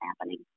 happening